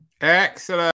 Excellent